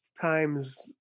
times